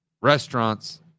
restaurants